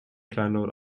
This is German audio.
kleinlaut